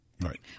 Right